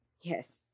Yes